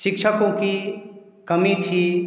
शिक्षकों की कमी थी